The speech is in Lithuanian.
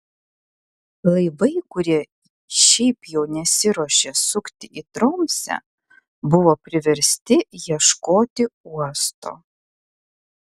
laivai kurie šiaip jau nesiruošė sukti į tromsę buvo priversti ieškoti uosto